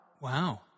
Wow